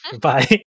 Bye